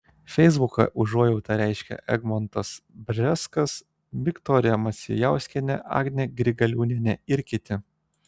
feisbuke užuojautą reiškia egmontas bžeskas viktorija macijauskienė agnė grigaliūnienė ir kiti